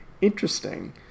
interesting